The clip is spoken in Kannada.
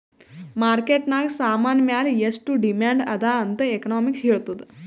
ಮಾರ್ಕೆಟ್ ನಾಗ್ ಸಾಮಾನ್ ಮ್ಯಾಲ ಎಷ್ಟು ಡಿಮ್ಯಾಂಡ್ ಅದಾ ಅಂತ್ ಎಕನಾಮಿಕ್ಸ್ ಹೆಳ್ತುದ್